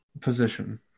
position